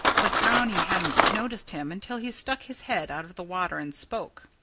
but brownie hadn't noticed him until he stuck his head out of the water and spoke.